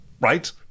Right